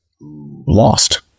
Lost